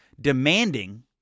demanding